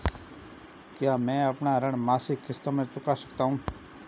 क्या मैं अपना ऋण मासिक किश्तों में चुका सकता हूँ?